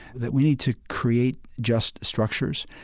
that we need to create just structures,